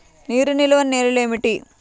నీరు నిలువని నేలలు ఏమిటి?